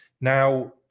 Now